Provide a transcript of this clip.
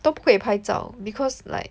都不可以拍照 because like